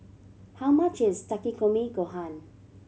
how much is Takikomi Gohan